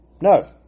No